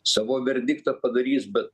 savo verdiktą padarys bet